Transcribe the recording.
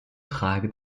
trage